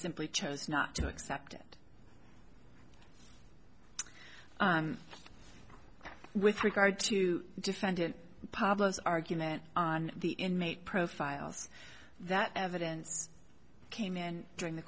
simply chose not to accept it with regard to defendant problems argument on the inmate profiles that evidence came in during the